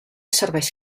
serveix